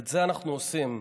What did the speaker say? ואת זה אנחנו עושים,